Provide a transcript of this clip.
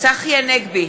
צחי הנגבי,